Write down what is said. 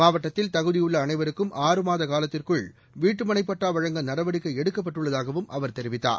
மாவட்டத்தில் தகுதியுள்ள அனைவருக்கும் ஆறு மாத காலத்திற்குள் வீட்டுமனைப் பட்டா வழங்க நடவடிக்கை எடுக்கப்பட்டுள்ளதாகவும் அவர் தெரிவித்தார்